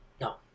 No